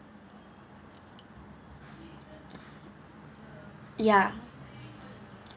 ya